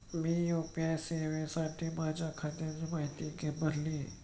मी UPI सेवेसाठी माझ्या खात्याची माहिती भरली